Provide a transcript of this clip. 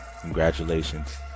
congratulations